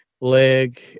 leg